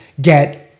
get